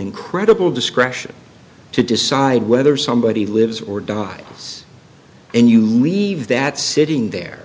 incredible discretion to decide whether somebody lives or dies and you leave that sitting there